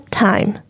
time